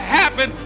happen